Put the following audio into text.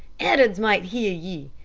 ed'ards might hear ye.